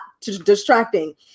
distracting